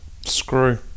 screw